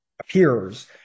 appears